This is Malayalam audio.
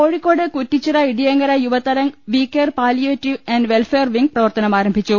Kozhikode Kuttichira Idiyangara Yuvatarang we care palliative welfare wing പ്രവർത്തനമാരംഭിച്ചു